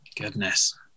Goodness